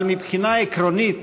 אבל מבחינה עקרונית